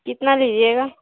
کتنا لیجیے گا